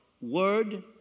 word